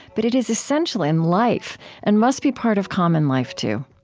but it is essential in life and must be part of common life too.